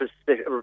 specific